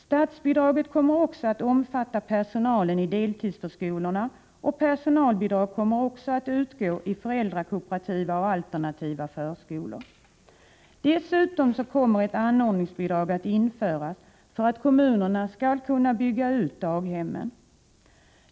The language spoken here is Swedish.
Statsbidraget kommer att omfatta personalen i deltidsförskolorna, och personalbidrag kommer att utgå också till föräldrakooperativa och alternativa förskolor. Dessutom kommer ett anordningsbidrag att införas för att kommunerna skall kunna bygga ut daghemmen.